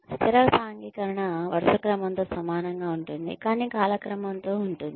స్థిర సాంఘికీకరణ వరుసక్రమంతో సమానంగా ఉంటుంది కానీ కాలక్రమంతో ఉంటుంది